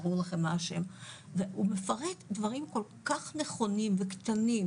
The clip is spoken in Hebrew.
ברור לכם מה השם והוא מפרט דברים כל-כך נכונים וקטנים,